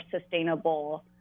sustainable